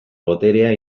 boterea